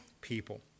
people